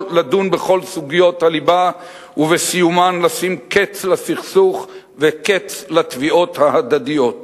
לדון בכל סוגיות הליבה ובסיומן לשים קץ לסכסוך וקץ לתביעות ההדדיות.